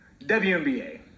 WNBA